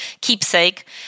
keepsake